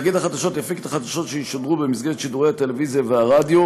תאגיד החדשות יפיק את החדשות שישודרו במסגרת שידורי הטלוויזיה והרדיו